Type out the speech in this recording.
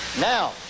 Now